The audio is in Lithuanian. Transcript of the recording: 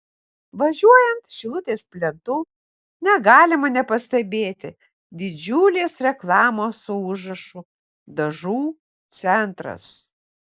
važiuojant šilutės plentu negalima nepastebėti didžiulės reklamos su užrašu dažų centras